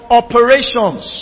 operations